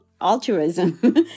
altruism